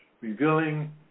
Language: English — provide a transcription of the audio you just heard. revealing